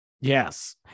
Yes